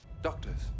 Doctors